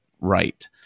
right